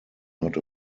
not